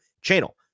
channel